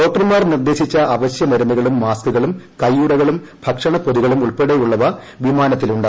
ഡോക്ടർമാർ നിർദേശിച്ച അവശ്യ മരുന്നുകളും മാസ്കുകളും കയ്യുറകളും ഭക്ഷണപൊതികളും ഉൾപ്പെടെയുള്ളവ വിമാനത്തിൽ ഉണ്ട്